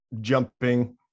jumping